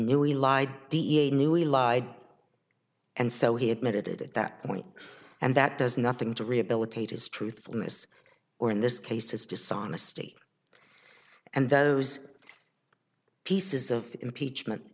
knew he lied da knew a lie and so he admitted it at that point and that does nothing to rehabilitate his truthfulness or in this case his dishonesty and those pieces of impeachment